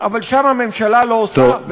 אבל שם הממשלה לא עושה, תודה רבה.